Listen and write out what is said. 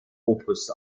opus